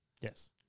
Yes